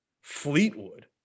fleetwood